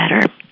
better